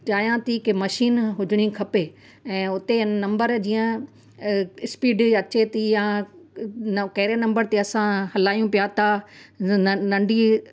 चाहियां थी की मशीन हुजणी खपे ऐं उते नम्बर जीअं स्पीड अचे थी या छा कहिड़े नम्बर ते असां हलायूं पिया था न नंढी